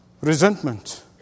resentment